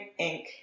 Inc